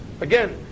again